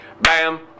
bam